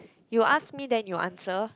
you ask me then you answer